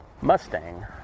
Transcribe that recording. Mustang